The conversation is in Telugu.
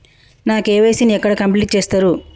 నా కే.వై.సీ ని ఎక్కడ కంప్లీట్ చేస్తరు?